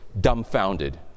dumbfounded